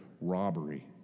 robbery